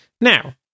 Now